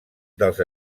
dels